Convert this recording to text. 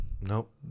nope